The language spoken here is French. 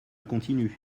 continue